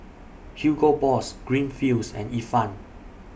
Hugo Boss Greenfields and Ifan